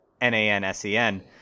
N-A-N-S-E-N